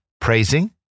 Praising